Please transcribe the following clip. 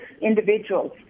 individuals